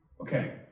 Okay